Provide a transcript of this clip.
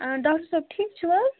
آ ڈاکٹر صٲب ٹھیٖک چھِو حظ